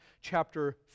chapter